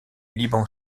liban